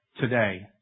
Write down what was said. today